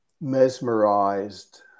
mesmerized